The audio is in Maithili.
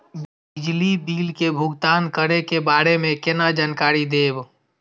बिजली बिल के भुगतान करै के बारे में केना जानकारी देब?